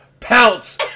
Pounce